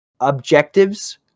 objectives